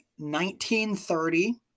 1930